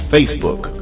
Facebook